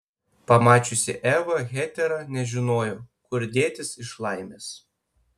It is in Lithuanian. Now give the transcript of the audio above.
pamačiusi evą hetera nežinojo kur dėtis iš laimės